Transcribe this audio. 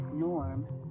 norm